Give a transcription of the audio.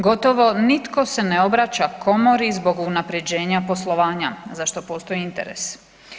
Gotovo nitko ne obraća komori zbog unapređenja poslovanja za što postoji interes.